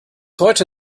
heute